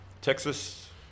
Texas